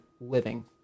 living